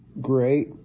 great